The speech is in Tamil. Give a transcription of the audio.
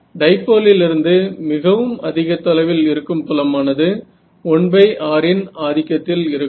டைப்போலிலிருந்து மிகவும் அதிக தொலைவில் இருக்கும் புலமானது 1r இன் ஆதிக்கத்தில் இருக்கும்